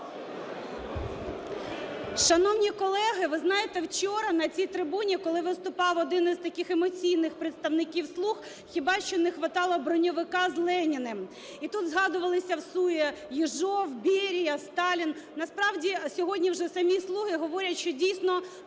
Шановні колеги, ви знаєте, вчора на цій трибуні, коли виступав один із таких емоційних представників "cлуг", хіба що не хватало броньовика з Леніним. І тут згадувалися всує Єжов, Берія, Сталін. Насправді, сьогодні вже самі "слуги" говорять, що дійсно